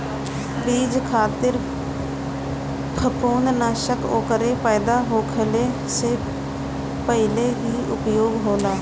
बीज खातिर फंफूदनाशक ओकरे पैदा होखले से पहिले ही उपयोग होला